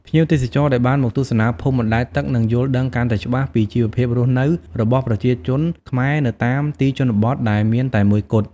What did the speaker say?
ភ្ញៀវទេសចរណ៍ដែលបានមកទស្សនាភូមិបណ្ដែតទឹកនឹងយល់ដឹងកាន់តែច្បាស់ពីជីវភាពរស់នៅរបស់ប្រជាជនខ្មែរនៅតាមទីជនបទដែលមានតែមួយគត់។